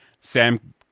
sam